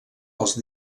els